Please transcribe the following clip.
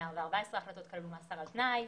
114 החלטות כללו מאסר על תנאי,